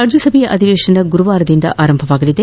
ರಾಜ್ಯಸಭೆಯ ಅಧಿವೇಶನ ಗುರುವಾರದಿಂದ ಆರಂಭವಾಗಲಿದೆ